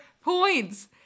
points